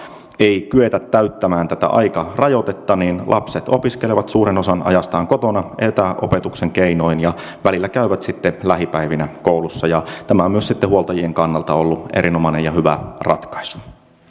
ei kyetä täyttämään tätä aikarajoitetta lapset opiskelevat suuren osan ajastaan kotona etäopetuksen keinoin ja välillä käyvät sitten lähipäivinä koulussa ja tämä on myös sitten huoltajien kannalta ollut erinomainen ja hyvä ratkaisu